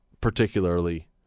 particularly